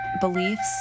beliefs